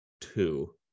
two